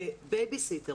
כבייביסיטר.